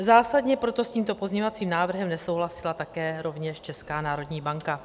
Zásadně proto s tímto pozměňovacím návrhem nesouhlasila také rovněž Česká národní banka.